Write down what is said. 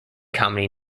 comedy